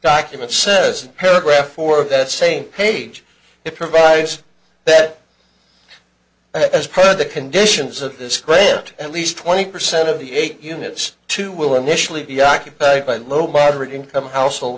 document says paragraph for that same page it provides that as per the conditions of this credit at least twenty percent of the eight units too will initially be occupied by low moderate income household